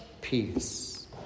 peace